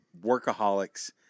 workaholics